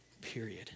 Period